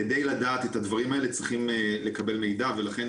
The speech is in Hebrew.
כדי לדעת את הדברים האלו צריכים לקבל מידע ולכן,